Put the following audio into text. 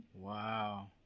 Wow